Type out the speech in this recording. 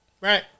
Right